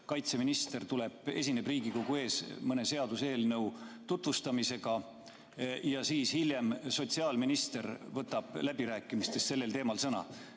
kaitseminister tuleb ja esineb Riigikogu ees mõne seaduseelnõu tutvustusega ja siis hiljem sotsiaalminister võtab läbirääkimistel sellel teemal sõna.